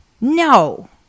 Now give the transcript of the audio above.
No